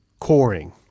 coring